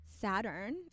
Saturn